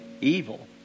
evil